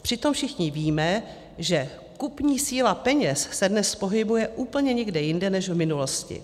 Přitom všichni víme, že kupní síla peněz se dnes pohybuje úplně někde jinde než v minulosti.